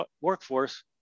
workforce